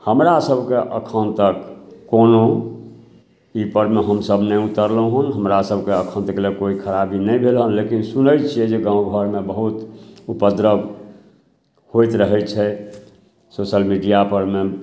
हमरासभकेँ एखन तक कोनो ईपरमे हमसभ नहि उतारलहुँ हँ हमरासभकेँ एखन तक कोइ खराबी नहि भेल हँ लेकिन सुनै छिए जे गाम घरमे बहुत उपद्रव होइत रहै छै सोशल मीडिआपरमे